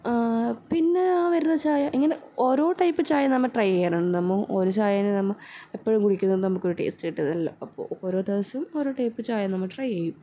പിന്നെ അവരുടെ ചായ ഇങ്ങനെ ഓരോ ടൈപ്പ് ചായ നമ്മുടെ ട്രൈ ചെയ്യണം നമ്മൾ ഒരു ചായതന്നെ നമ്മൾ എപ്പോഴും കുടിക്കുന്നത് കൊണ്ട് നമുക്ക് ടേസ്റ്റ് കിട്ടുന്നില്ല അപ്പോൾ ഓരോ ദിവസം ഓരോ ടൈപ്പ് ചായ നമ്മൾ ട്രൈ ചെയ്യും